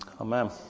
Amen